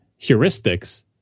heuristics